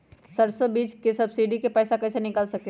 सरसों बीज के सब्सिडी के पैसा कईसे निकाल सकीले?